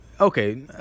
okay